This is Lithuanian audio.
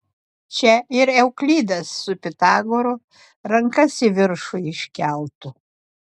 čia ir euklidas su pitagoru rankas į viršų iškeltų